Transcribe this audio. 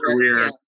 career